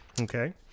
Okay